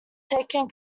taken